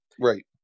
right